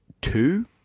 two